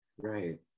Right